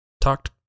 Talked